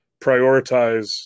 prioritize